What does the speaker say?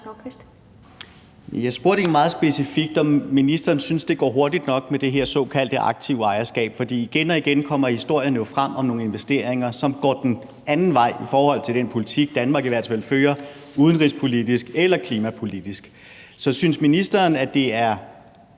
egentlig meget specifikt om, om ministeren synes, det går hurtigt nok med det her såkaldte aktive ejerskab, for igen og igen kommer historierne frem om nogle investeringer, som går den anden vej i forhold til den politik, Danmark i hvert fald fører udenrigspolitisk eller klimapolitisk. Så synes ministeren, at det er